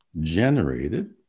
generated